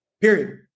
Period